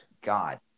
God